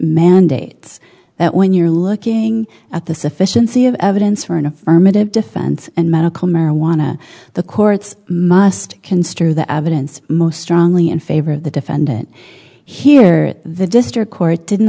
mandates that when you're looking at the sufficiency of evidence for an affirmative defense and medical marijuana the courts must construe the evidence most strongly in favor of the defendant here the district court didn't